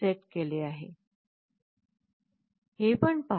9 वर सेट केले आहे